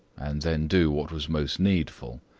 and then do what was most needful.